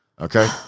Okay